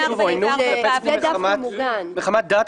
כתוב כאן עויינות כלפי ציבור מחמת דת,